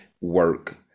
work